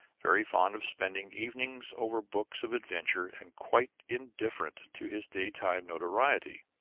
very fond of spending evenings over books of adventure, and quite indifferent to his day-time notoriety.